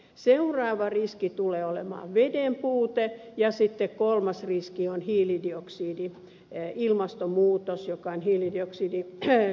seuraava riski tulee olemaan veden puute ja sitten kolmas riski on ilmastonmuutos joka tulee hiilidioksidin lisääntymisen myötä